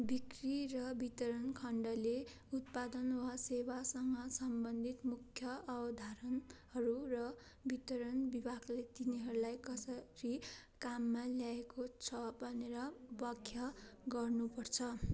बिक्री र वितरण खण्डले उत्पादन वा सेवासँग सम्बन्धित मुख्य अवधारणहरू र वितरण विभागले तिनीहरूलाई कसरी काममा ल्याएको छ भनेर व्याख्या गर्नुपर्छ